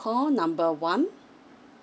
call number one